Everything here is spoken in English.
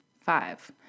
Five